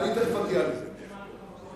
אמרת מאיפה ממומנים "זו ארצנו"?